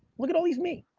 look at all these me.